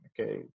Okay